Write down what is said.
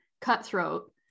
cutthroat